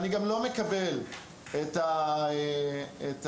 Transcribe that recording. אני גם לא מקבל את הניתוח,